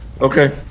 Okay